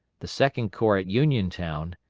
the second corps at uniontown,